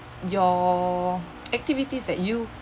your activities that you